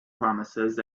promises